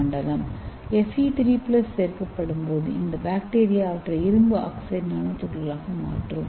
Fe3 சேர்க்கப்படும் போது இந்த பாக்டீரியா அவற்றை இரும்பு ஆக்சைடு நானோ துகள்களாக மாற்றும்